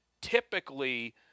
typically